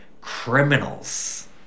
criminals